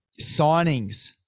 signings